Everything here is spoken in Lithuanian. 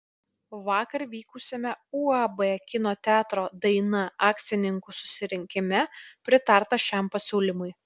vakar vykusiame uab kino teatro daina akcininkų susirinkime pritarta šiam pasiūlymui